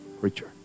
Preacher